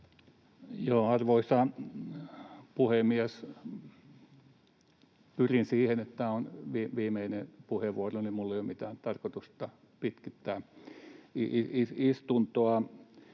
Arvoisa puhemies! Pyrin siihen, että tämä on viimeinen puheenvuoroni, minulla ei ole mitään tarkoitusta pitkittää istuntoa.